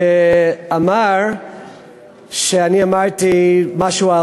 ואמר שאני אמרתי משהו,